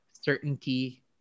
certainty